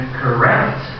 correct